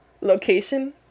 location